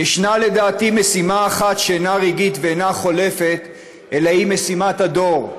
"ישנה לדעתי משימה אחת שאינה רגעית ואינה חולפת אלא היא משימת הדור: